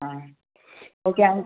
ആ ഓക്കെ ആണ്